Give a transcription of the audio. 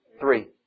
Three